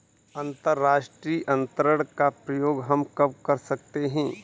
अंतर्राष्ट्रीय अंतरण का प्रयोग हम कब कर सकते हैं?